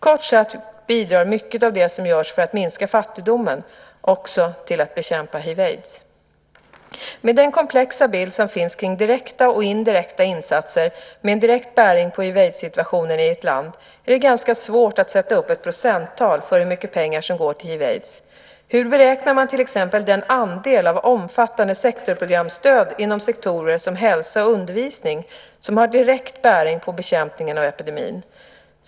Kort sagt bidrar mycket av det som görs för att minska fattigdomen också till att bekämpa hiv aids-situationen i ett land är det ganska svårt att sätta upp procenttal för hur mycket pengar som går till hiv/aids. Hur beräknar man till exempel den andel av omfattande sektorsprogramstöd inom sektorer som hälsa och undervisning som har direkt bäring på bekämpningen av epidemin?